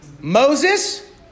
Moses